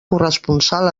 corresponsal